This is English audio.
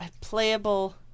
playable